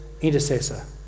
intercessor